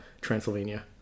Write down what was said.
Transylvania